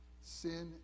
sin